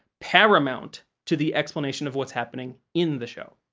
paramount to the explanation of what's happening in the show.